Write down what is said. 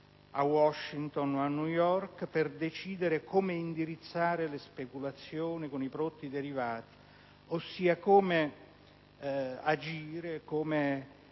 a Washington o a New York per decidere come indirizzare le speculazioni con i prodotti derivati, ossia come convogliare